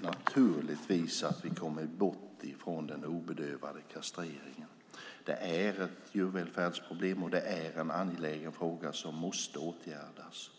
naturligtvis att vi kommer bort från den obedövade kastreringen. Det är ett djurvälfärdsproblem och en angelägen fråga som måste åtgärdas.